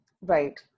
Right